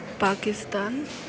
Pakistan